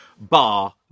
bar